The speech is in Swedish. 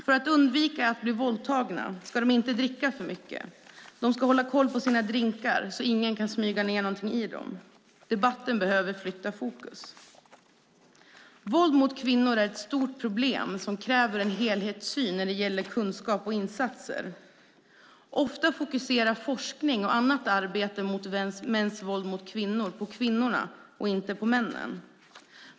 För att undvika att bli våldtagna ska de inte dricka för mycket, och de ska hålla koll på sina drinkar så att ingen kan smyga ned något i dem. Debatten behöver flytta fokus. Våld mot kvinnor är ett stort problem som kräver en helhetssyn vad gäller kunskap och insatser. Ofta fokuserar forskning och annat arbete mot mäns våld mot kvinnor på kvinnorna och inte på männen.